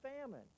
famine